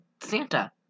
Santa